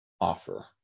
offer